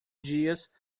dias